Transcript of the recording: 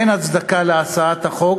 אין הצדקה להצעת החוק,